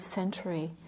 century